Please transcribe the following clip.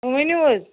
ؤنِو حظ